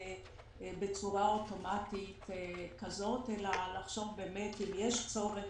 בצורה אוטומטית כזאת אלא לחשוב אם יש צורך,